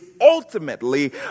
ultimately